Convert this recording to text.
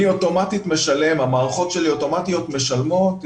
המערכות שלי אוטומטיות משלמות.